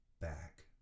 back